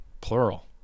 plural